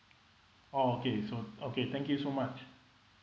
oh okay so okay thank you so much